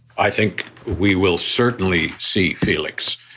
i think we will certainly see, felix,